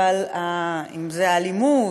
אבל האלימות,